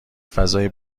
فضای